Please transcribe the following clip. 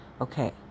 okay